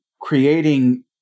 creating